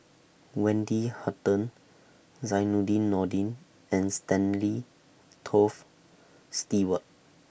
Wendy Hutton Zainudin Nordin and Stanley Toft Stewart